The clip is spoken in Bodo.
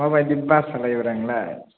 माबायदि भाषा रायलायोरा नोंलाय